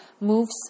moves